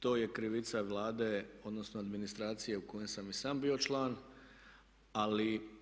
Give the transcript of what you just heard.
to je krivica Vlade, odnosno administracije u kojoj sam i sam bio član. Ali